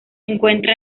encuentra